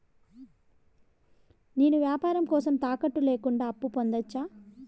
నేను వ్యాపారం కోసం తాకట్టు లేకుండా అప్పు పొందొచ్చా?